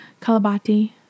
kalabati